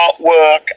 artwork